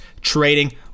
trading